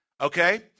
Okay